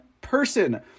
person